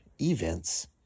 events